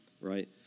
right